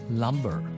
lumber